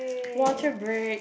water break